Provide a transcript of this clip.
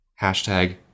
Hashtag